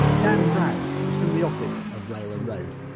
dan brown is from the office of rail and road.